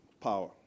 power